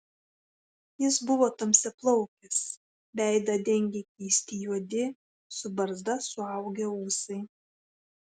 jis buvo tamsiaplaukis veidą dengė keisti juodi su barzda suaugę ūsai